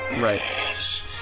right